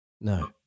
No